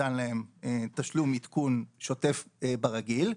ניתן להם תשלום עדכון שוטף ברגיל.